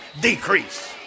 decrease